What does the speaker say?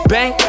Bang